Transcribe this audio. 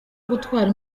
gutwara